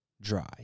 dry